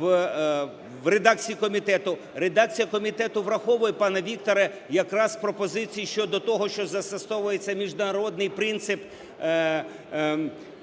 в редакції комітету. Редакція комітету враховує, пане Вікторе, якраз пропозиції щодо того, що застосовується міжнародний принцип. І тому